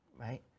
Right